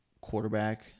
quarterback